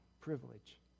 privilege